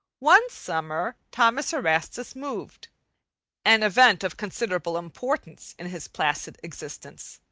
one summer thomas erastus moved an event of considerable importance in his placid existence.